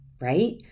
right